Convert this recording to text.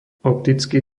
optický